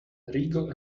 regal